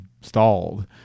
stalled